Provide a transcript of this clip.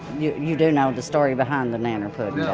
you you do know the story behind the nanner pudding, yeah